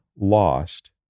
lost